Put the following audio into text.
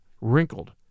wrinkled